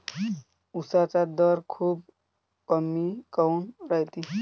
उसाचा दर खूप कमी काऊन रायते?